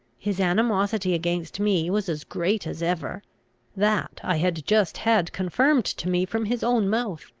his animosity against me was as great as ever that i had just had confirmed to me from his own mouth.